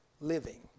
living